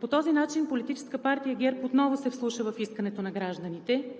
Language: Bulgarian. По този начин Политическа партия ГЕРБ отново се вслуша в искането на гражданите